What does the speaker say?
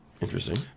Interesting